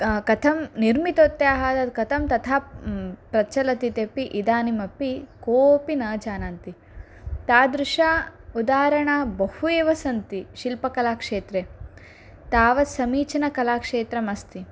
कथं निर्मितवत्याः तत् कथं तथा प्रचलतित्यपि इदानीमपि कोपि न जानन्ति तादृशम् उदाहरणं बहु एव सन्ति शिल्पकलाक्षेत्रे तावत् समीचीनकलाक्षेत्रमस्ति